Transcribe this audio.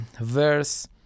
verse